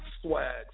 swag